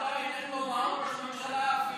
עדיין אין לו מעון של ראש ממשלה אפילו.